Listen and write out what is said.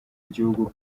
igihugu